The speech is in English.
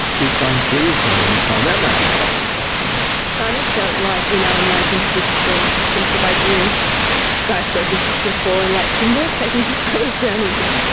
you'd find trees growing inside. that might be quite interesting. i kind of felt like in alan weisman's book there was some sort of idea of skyscrapers so falling like timber, taking others down with them.